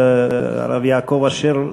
הרב יעקב אשר,